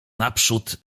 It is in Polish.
naprzód